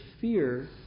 fear